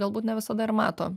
galbūt ne visada ir mato